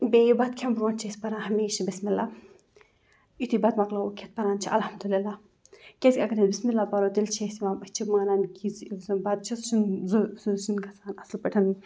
بیٚیہِ بَتہٕ کھٮ۪نہٕ برونٛٹھ چھِ أسۍ پَران ہمیشہِ بِسمہِ اللہ یُتھُے بَتہٕ مۄکلاوَو کھٮ۪تھ پَران چھِ الحمدُاللہ کیٛازِکہِ اگر أسۍ بِسمہِ اللہ پرو تیٚلہِ چھِ أسۍ یِوان أسۍ چھِ مانان کہِ یُس زَن بَتہٕ چھِ سُہ چھِنہٕ سُہ چھِنہٕ گژھان اَصٕل پٲٹھۍ